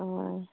ꯍꯣꯏ